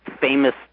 famous